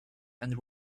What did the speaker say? and